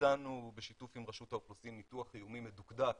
ביצענו בשיתוף עם רשות האוכלוסין ניתוח איומים מדוקדק